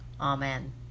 Amen